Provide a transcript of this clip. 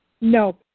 No